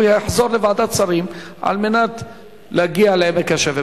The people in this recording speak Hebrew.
הוא יחזור לוועדת שרים על מנת להגיע לעמק השווה.